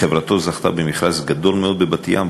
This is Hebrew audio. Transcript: חברתו זכתה במכרז גדול מאוד בבת-ים,